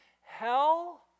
hell